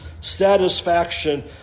satisfaction